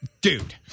dude